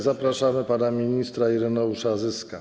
Zapraszamy pana ministra Ireneusza Zyskę.